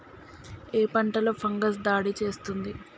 ఏ పంటలో ఫంగస్ దాడి చేస్తుంది?